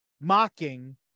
mocking